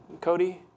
Cody